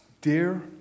Dear